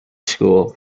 school